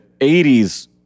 80s